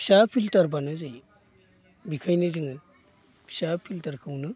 फिसा फिल्टारब्लानो जायो बिखायनो जोङो फिसा फिल्टारखौनो